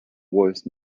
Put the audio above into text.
voice